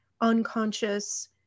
unconscious